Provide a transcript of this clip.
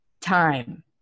time